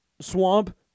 swamp